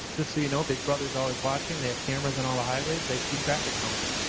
just so you know big brother's always watching. they have cameras on all the highways. they do traffic counts.